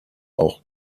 auch